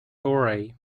glory